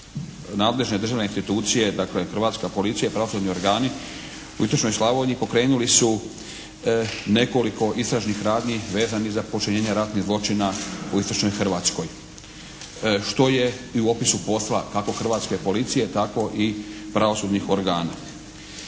nadležne državne institucije dakle Hrvatska policija, pravosudni organi u istočnoj Slavoniji pokrenuli su nekoliko istražnih radnji za počinjenje ratnih zločina u istočnoj Hrvatskoj, što je i u opisu posla kako Hrvatske policije tako i pravosudnih organa.